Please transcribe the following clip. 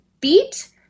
beat